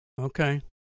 Okay